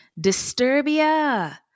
disturbia